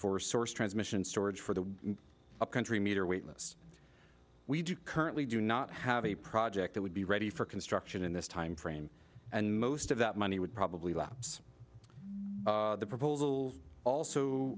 for source transmission storage for the upcountry meter waitlist we do currently do not have a project that would be ready for construction in this timeframe and most of that money would probably lapse the